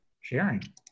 sharing